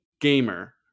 gamer